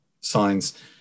signs